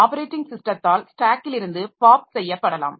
operating ஸிஸ்டத்தால் ஸ்டேக்கிலிருந்து pop செய்யப்படலாம்